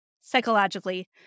Psychologically